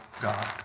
God